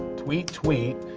tweet tweet.